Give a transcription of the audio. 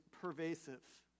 pervasive